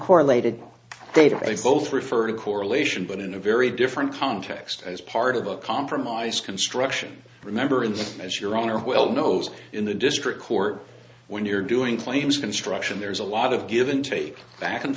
correlated database both refer to correlation but in a very different context as part of a compromise construction remember and as your honor well knows in the district court when you're doing claims construction there's a lot of give and take back and